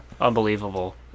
unbelievable